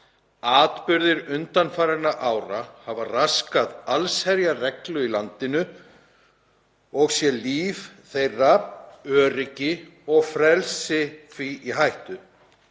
Atburðir undanfarinna ára hafi raskað allsherjarreglu í landinu og sé líf þeirra, öryggi og frelsi því í hættu.